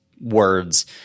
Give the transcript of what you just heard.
words